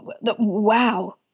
wow